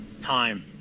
time